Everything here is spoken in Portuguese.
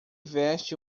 veste